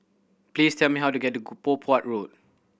please tell me how to get to Poh Huat Road